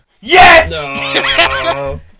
Yes